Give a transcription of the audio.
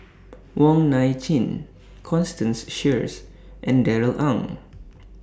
Wong Nai Chin Constance Sheares and Darrell Ang